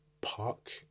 park